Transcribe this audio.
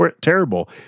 terrible